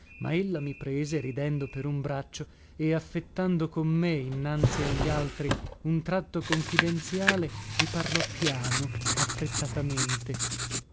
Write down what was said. ma ella mi prese ridendo per un braccio e affettando con me innanzi a gli altri un tratto confidenziale mi parlò piano affrettatamente